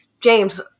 James